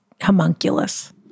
Homunculus